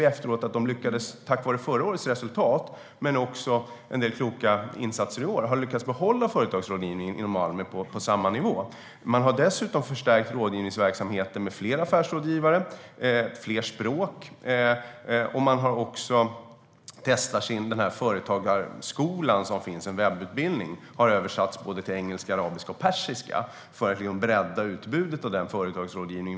Nu ser vi att man tack vare förra årets resultat och en del kloka insatser i år har lyckats behålla företagsrådgivningen inom Almi på samma nivå. Man har också förstärkt rådgivningsverksamheten med fler affärsrådgivare och fler språk. Dessutom har Företagarskolan, en webbutbildning som finns, översatts till engelska, arabiska och persiska för att bredda utbudet av företagsrådgivning.